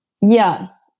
Yes